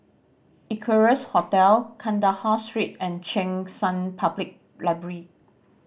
Equarius Hotel Kandahar Street and Cheng San Public Library